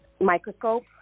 microscope